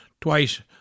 twice